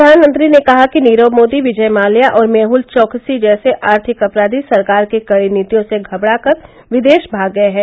प्रधानमंत्री ने कहा कि नीरव मोदी विजय माल्या और मेहुल चोकसी जैसे आर्थिक अपराधी सरकार की कड़ी नीतियों से घबराकर विदेश भाग गये है